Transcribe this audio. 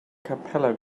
capella